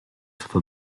stato